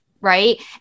right